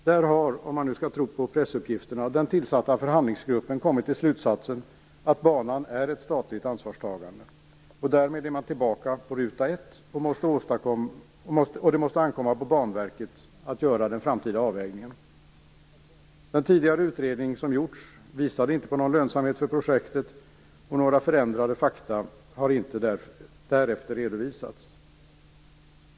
Där har - om man nu skall tro på pressuppgifterna - den tillsatta förhandlingsgruppen kommit till slutsatsen att banan är ett statligt ansvarstagande. Därmed är man tillbaka på ruta ett. Det måste ankomma på Banverket att göra den framtida avvägningen. Den tidigare utredning som gjorts visade inte på någon lönsamhet för projektet, och några förändrade fakta har därefter inte redovisats.